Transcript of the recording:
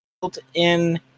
built-in